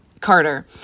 carter